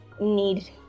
need